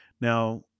Now